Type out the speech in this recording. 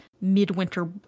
midwinter